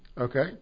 Okay